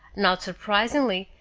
not surprisingly,